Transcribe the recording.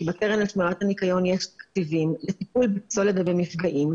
בקרן לשמירת ניקיון יש תקציבים לטיפול בפסולת ובמפגעים,